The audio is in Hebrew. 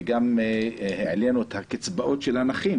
וגם העלינו את הקצבאות של הנכים.